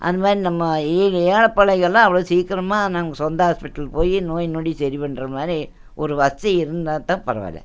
அந்த மாதிரி நம்ம ஏழை பாழைங்கள்லாம் அவ்வளோ சீக்கிரமாக நமக்கு சொந்த ஆஸ்பெட்டல் போய் நோய் நொடி சரி பண்ணுற மாதிரி ஒரு வசதி இருந்தாத்தான் பரவாயில்ல